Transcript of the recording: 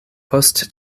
post